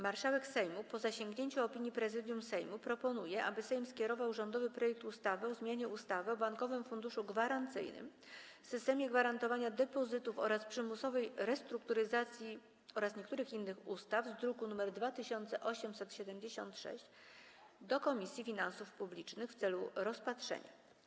Marszałek Sejmu, po zasięgnięciu opinii Prezydium Sejmu, proponuje, aby Sejm skierował rządowy projekt ustawy o zmianie ustawy o Bankowym Funduszu Gwarancyjnym, systemie gwarantowania depozytów oraz przymusowej restrukturyzacji oraz niektórych innych ustaw z druku nr 2877 do Komisji Finansów Publicznych w celu rozpatrzenia.